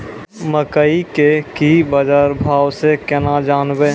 मकई के की बाजार भाव से केना जानवे?